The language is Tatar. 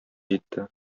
җитте